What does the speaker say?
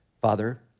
Father